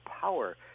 power